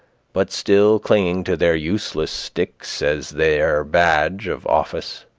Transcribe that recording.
but still clinging to their useless sticks as their badge of office.